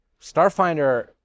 Starfinder